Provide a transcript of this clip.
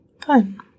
Fun